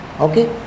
okay